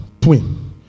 twin